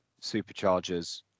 Superchargers